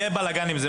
יהיה בלגאן עם זה.